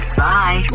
bye